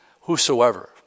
Whosoever